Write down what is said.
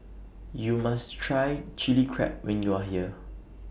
YOU must Try Chili Crab when YOU Are here